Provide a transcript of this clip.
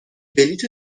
بلیط